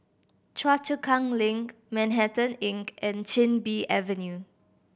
Choa Chu Kang Link Manhattan Inn and Chin Bee Avenue